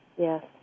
Yes